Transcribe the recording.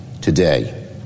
today